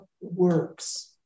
works